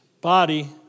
body